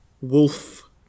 Wolf